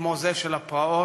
כמו זה של הפרעות,